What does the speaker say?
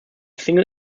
single